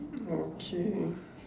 okay